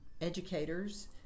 educators